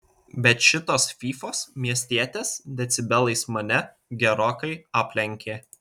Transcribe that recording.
bet šitos fyfos miestietės decibelais mane gerokai aplenkė